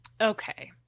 Okay